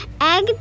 Egg